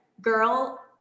Girl